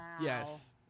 yes